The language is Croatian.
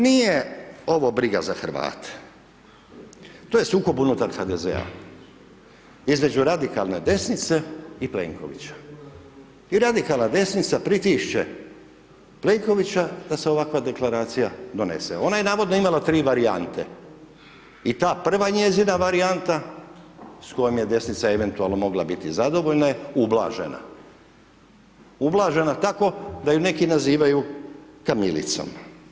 Nije ovo briga za Hrvate, to je sukob unutar HDZ-a, između radikalne desnice i Plenkovića, i radikalna desnica pritišće Plenkovića da se ovakva Deklaracija donese, ona je navodno imala tri varijante i ta prva njezina varijanta s kojom je desnica eventualno mogla biti zadovoljna, ublažena, ublažena tako da ju neki nazivaju kamilicom.